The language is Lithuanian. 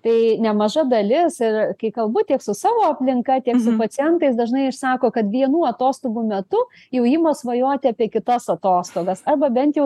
tai nemaža dalis ir kai kalbu tiek su savo aplinka tiek su pacientais dažnai išsako kad vienų atostogų metu jau ima svajoti apie kitas atostogas arba bent jau